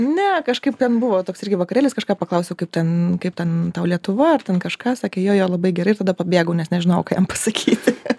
ne kažkaip ten buvo toks irgi vakarėlis kažką paklausiau kaip ten kaip ten tau lietuva ar ten kažką sakė jo jo labai gerai tada pabėgau nes nežinojau ką jam pasakyti